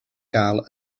gael